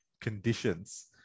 conditions